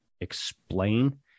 explain